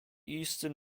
eastern